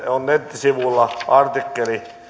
on nettisivuilla artikkeli